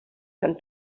sant